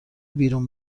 بیرون